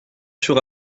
sur